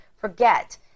forget